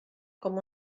com